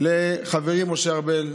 לחברי משה ארבל.